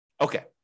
Okay